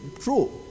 True